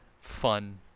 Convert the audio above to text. fun